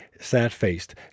sad-faced